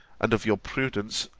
and of your prudence,